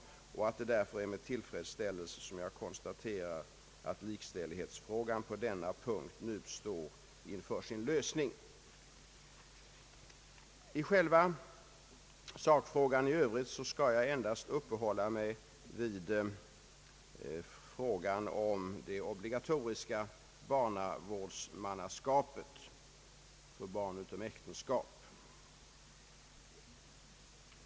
Det är med tillfredsställelse jag konstaterar att likställighetsfrågan på denna punkt nu står inför sin lösning. I själva sakfrågan i övrigt skall jag endast uppehålla mig vid det obligatoriska barnavårdsmannaskapet för barn utom äktenskap.